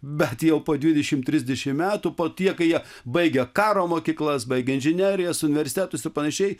bet jau po dvidešimt trisdešimt metų po tiek jie baigę karo mokyklas baigę inžinerijos universitetus ir panašiai